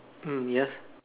mm yes